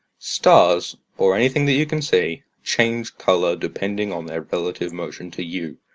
stars, or anything that you can see, change colour depending on their relative motion to you.